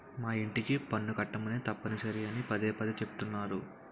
మా యింటికి పన్ను కట్టమని తప్పనిసరి అని పదే పదే చెబుతున్నారు